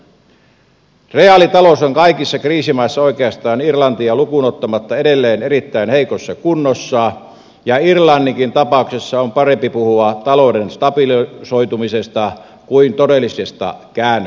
reaalita lous on kaikissa kriisimaissa oikeastaan irlantia lukuun ottamatta edelleen erittäin heikossa kunnossa ja irlanninkin tapauksessa on parempi puhua talouden stabilisoitumisesta kuin todellisesta käännöksestä